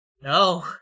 No